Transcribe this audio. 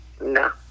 No